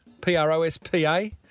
P-R-O-S-P-A